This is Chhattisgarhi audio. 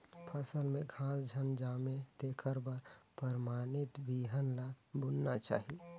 फसल में घास झन जामे तेखर बर परमानित बिहन ल बुनना चाही